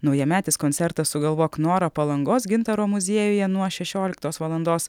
naujametis koncertas sugalvok norą palangos gintaro muziejuje nuo šešioliktos valandos